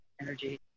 energy